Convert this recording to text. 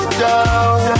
down